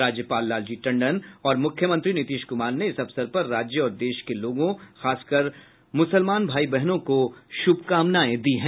राज्यपाल लालजी टंडन और मुख्यमंत्री नीतीश कुमार ने इस अवसर पर राज्य और देश के लोगों खासकर मुसलमान भाई बहनों को शुभकामनाएं दी हैं